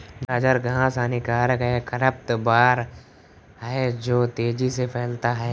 गाजर घास हानिकारक खरपतवार है जो तेजी से फैलता है